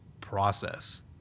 process